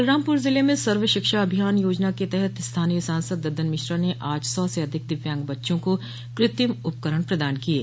बलरामपुर ज़िले में सर्व शिक्षा अभियान योजना के तहत स्थानीय सांसद दद्दन मिश्रा ने आज सौ से अधिक दिव्यांग बच्चों को कृत्रिम उपकरण प्रदान किये